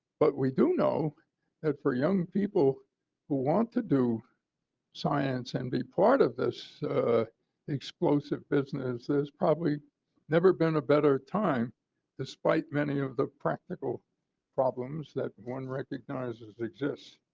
but we do know that for young people who want to do science and be part of this explosive business, there is probably never been a better time despite many of the practical problems that one recognizes exists.